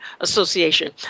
Association